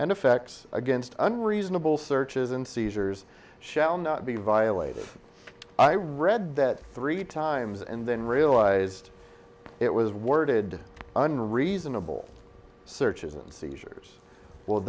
and effects against unreasonable searches and seizures shall not be violated i read that three times and then realized it was worded unreasonable searches and seizures well